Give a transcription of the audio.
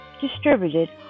distributed